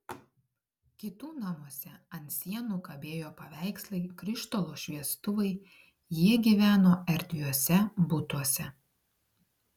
kitų namuose ant sienų kabėjo paveikslai krištolo šviestuvai jie gyveno erdviuose butuose